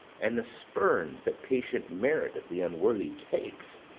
and the spurns that patient merit of the unworthy takes,